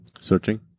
searching